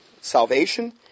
salvation